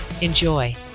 Enjoy